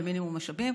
במינימום משאבים,